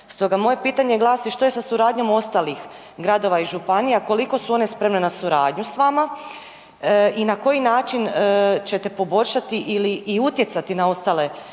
moje pitanje glasi što je sa suradnjom ostalih gradova i županija, koliko su one spremne na suradnju s vama i na koji način ćete poboljšati ili i utjecati na ostale jedinice